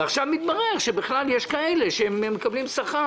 ועכשיו מתברר שבכלל יש כאלה שמקבלים שכר